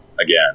again